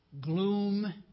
gloom